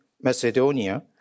Macedonia